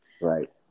Right